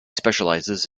specializes